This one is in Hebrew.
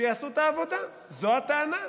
שיעשו את העבודה, זו הטענה.